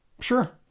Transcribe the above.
Sure